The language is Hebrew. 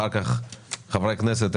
אחר כך חברי הכנסת,